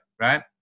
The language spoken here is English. right